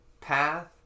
path